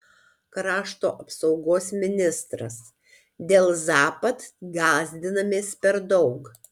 krašto apsaugos ministras dėl zapad gąsdinamės per daug